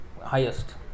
highest